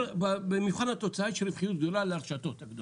במבחן התוצאה יש רווחיות גדולה לרשתות הגדולות,